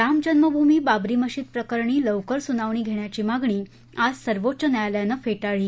राम जन्मभूमी बाबरी मशीद प्रकरणी लवकर सुनावणी घेण्याची मागणी आज सर्वोच्च न्यायालयानं फेटाळली